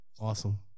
Awesome